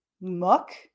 muck